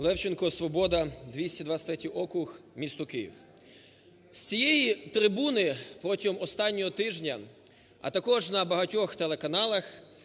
Левченко, "Свобода", 223 округ, місто Київ. З цієї трибуни протягом останнього тижня, а також на багатьох телеканалах